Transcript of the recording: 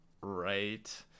right